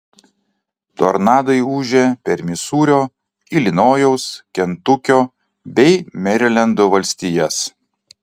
tornadai ūžė per misūrio ilinojaus kentukio bei merilendo valstijas